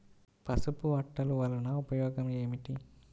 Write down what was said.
పసుపు అట్టలు వలన ఉపయోగం ఏమిటి?